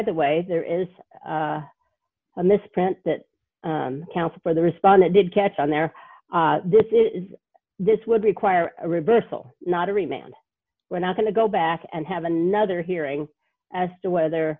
the way there is a misprint that accounts for the respondent did catch on there this is this would require a reversal not every man we're not going to go back and have another hearing as to whether